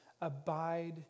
abide